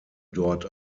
dort